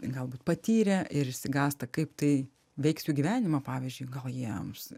galbūt patyrę ir išsigąsta kaip tai veiks jų gyvenimą pavyzdžiui gal jiems